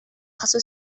jaso